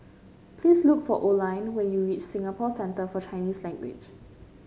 please look for Oline when you reach Singapore Centre For Chinese Language